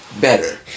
better